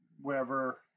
wherever